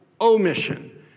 omission